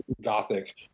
gothic